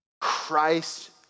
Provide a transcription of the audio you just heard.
Christ